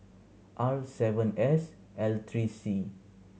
R seven S L three C